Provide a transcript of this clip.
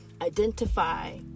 identify